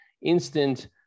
instant